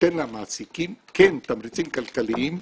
שתיתן למעסיקים, כן, תמריצים כלכליים,